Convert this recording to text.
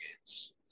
games